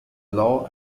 law